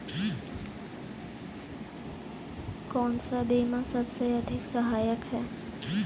कौन सा बीमा सबसे अधिक सहायक है?